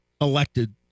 elected